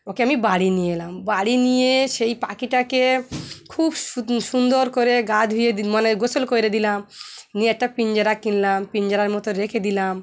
ওকে আমি বাড়ি নিয়ে এলাম বাড়ি নিয়ে সেই পাখিটাকে খুব সুন্দর করে গা ধুয়ে মানে গোসল করে দিলাম নিয়ে একটা পিঞ্জারা কিনলাম পিঞ্জরার মতো রেখে দিলাম